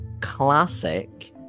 Classic